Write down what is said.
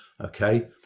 Okay